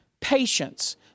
patience